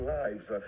lives